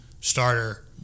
starter